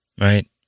Right